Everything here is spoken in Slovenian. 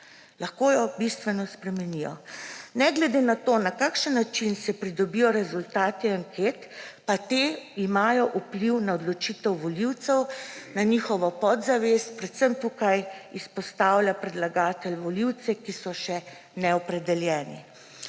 Lahko jo bistveno spremenijo. Ne glede na to, na kakšen način se pridobijo rezultati anket, pa ti imajo vpliv na odločitev volivcev, na njihovo podzavest. Predvsem tukaj izpostavlja predlagatelj volivce, ki so še neopredeljeni.